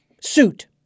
suit